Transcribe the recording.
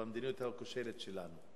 במדיניות הכושלת שלנו,